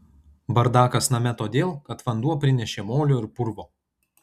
bardakas name todėl kad vanduo prinešė molio ir purvo